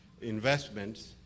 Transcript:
investments